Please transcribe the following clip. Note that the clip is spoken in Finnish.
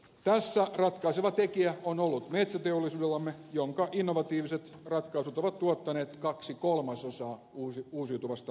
tässä ratkaiseva tekijä on ollut metsäteollisuudellamme jonka innovatiiviset ratkaisut ovat tuottaneet kaksi kolmasosaa uusiutuvasta energiastamme